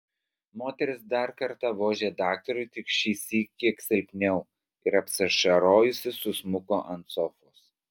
moteris dar kartą vožė daktarui tik šįsyk kiek silpniau ir apsiašarojusi susmuko ant sofos